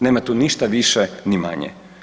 Nema tu ništa više ni manje.